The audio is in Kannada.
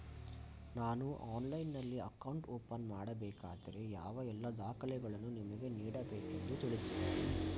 ನಾನು ಆನ್ಲೈನ್ನಲ್ಲಿ ಅಕೌಂಟ್ ಓಪನ್ ಮಾಡಬೇಕಾದರೆ ಯಾವ ಎಲ್ಲ ದಾಖಲೆಗಳನ್ನು ನಿಮಗೆ ನೀಡಬೇಕೆಂದು ತಿಳಿಸಿ?